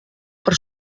per